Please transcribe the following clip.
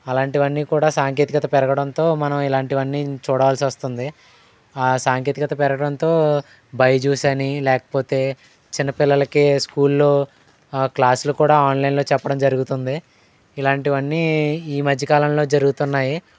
అలాంటివన్నీ కూడా సాంకేతికత పెరగడంతో మనం ఇలాంటివన్నీ చూడాల్సొస్తుంది సాంకేతికత పెరగడంతో బైజూస్ అని లేకపోతే చిన్నపిల్లలకి స్కూల్లో క్లాసులు కూడా ఆన్లైన్లో చెప్పడం జరుగుతుంది ఇలాంటివన్నీ ఈ మధ్యకాలంలో జరుగుతున్నాయి